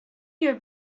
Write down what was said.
your